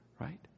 right